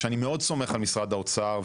שאני מאוד סומך על משרד האוצר,